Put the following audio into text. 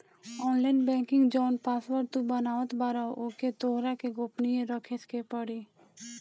online banking जवन password तू बनावत बारअ ओके तोहरा के गोपनीय रखे पे पड़ी